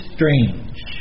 Strange